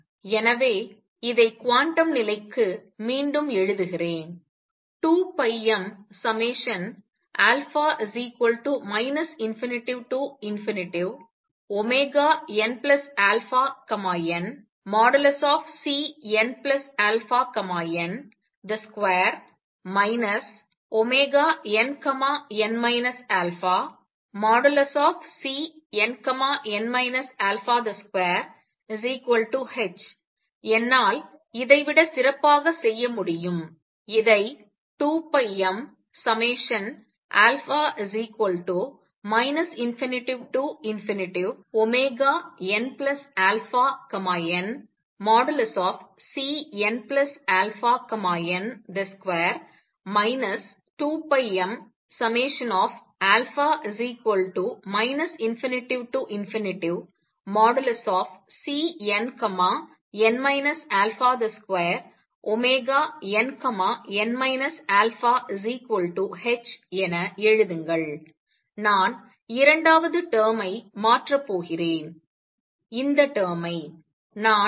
எனவே இதை குவாண்டம் நிலைக்கு மீண்டும் எழுதுகிறேன் 2πmα ∞nαn|Cnαn |2 nn α|Cnn α |2h என்னால் இதைவிட சிறப்பாகச் செய்ய முடியும் இதை 2πmα ∞nαn|Cnαn |2 2πmα ∞|Cnn α |2nn αh என எழுதுங்கள் நான் இரண்டாவது term ஐ மாற்றப் போகிறேன் இந்த term ஐ சொல்